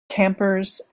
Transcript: campers